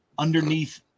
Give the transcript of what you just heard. underneath